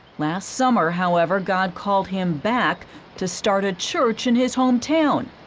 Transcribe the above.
last summer, however, god called him back to start a church in his home town.